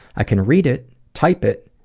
i can read it, type it,